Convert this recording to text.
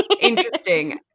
interesting